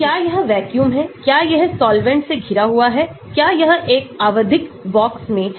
क्या यह वैक्यूम है क्या यह सॉल्वैंट्स से घिरा हुआ है क्या यह एक आवधिक बॉक्स में है